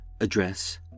address